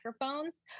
microphones